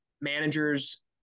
managers